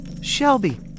Shelby